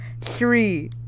Three